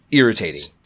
irritating